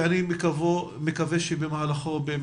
הזה פחות או יותר, ואני מקווה שבמהלכו נוכל